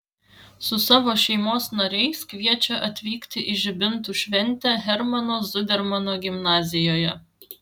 su savo šeimos nariais kviečia atvykti į žibintų šventę hermano zudermano gimnazijoje